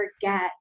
forget